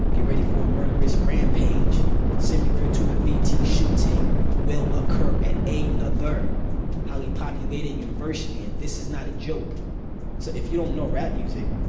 get ready for a murderous rampage similar to the vt shooting will occur at another highly-populated university, and this is not a joke so if you don't know rap music,